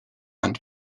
and